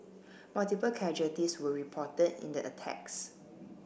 multiple casualties were reported in the attacks